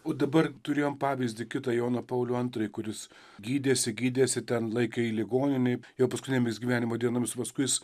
o dabar turėjom pavyzdį kitą joną paulių antrąjį kuris gydėsi gydėsi ten laikė jį ligoninėj jo paskutinėmis gyvenimo dienomis paskui jis